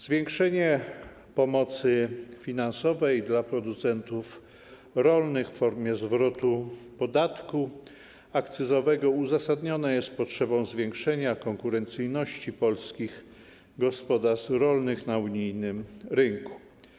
Zwiększenie pomocy finansowej dla producentów rolnych w formie zwrotu podatku akcyzowego uzasadnione jest potrzebą zwiększenia konkurencyjności polskich gospodarstw rolnych na unijnym rynku.